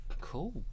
cool